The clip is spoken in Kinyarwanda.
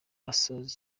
asoza